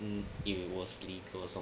and it was legal also